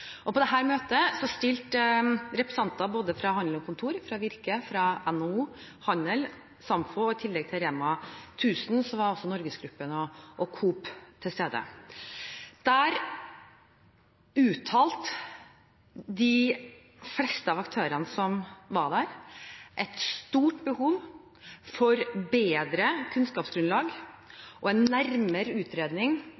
På dette møtet stilte representanter fra både Handel og Kontor, Virke, NHO Handel, SAMFO og i tillegg til Rema 1000, var altså Norgesgruppen og Coop til stede. Der uttrykte de fleste av aktørene et stort behov for bedre